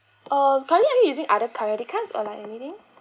uh currently are you using other credit cards or like anything